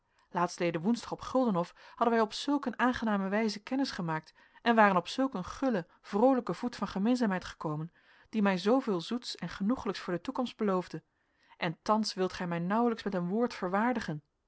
laatstleden woensdag op guldenhof hadden wij op zulk een aangename wijze kennis gemaakt en waren op zulk een gullen vroolijken voet van gemeenzaamheid gekomen die mij zooveel zoets en genoeglijks voor de toekomst beloofde en thans wilt gij mij nauwelijks met een antwoord verwaardigen